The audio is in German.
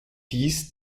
dies